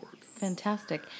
Fantastic